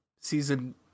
season